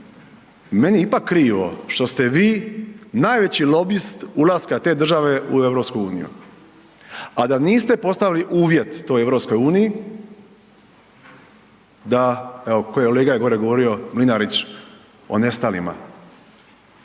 meni je ipak krivo što ste vi najveći lobist ulaska te države u EU a da niste postavili uvjet toj EU da evo kolega je gore govorio Mlinarić, o nestalima.